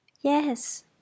Yes